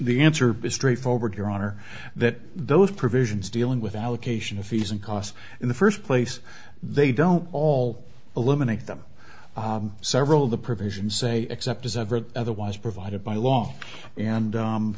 the answer but straightforward your honor that those provisions dealing with allocation of fees and costs in the first place they don't all eliminate them several of the provisions say except as ever otherwise provided by law and